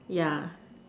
yeah